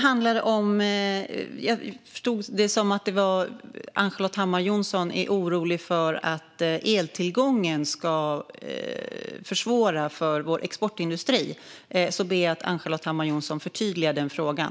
Jag förstod det som att Ann-Charlotte Hammar Johnsson är orolig för att eltillgången ska försvåra för vår exportindustri. Jag ber att Ann-Charlotte Hammar Johnsson förtydligar den frågan.